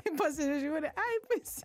kai pasižiūri ai